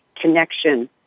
connection